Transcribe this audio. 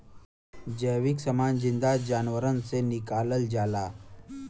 जैविक समान जिन्दा जानवरन से निकालल जाला